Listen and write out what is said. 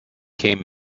came